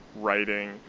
writing